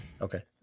Okay